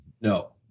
No